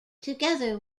together